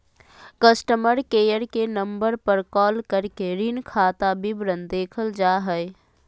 customer care के number पर call करके ऋण खाता विवरण देखल जा हय